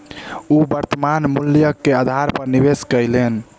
ओ वर्त्तमान मूल्य के आधार पर निवेश कयलैन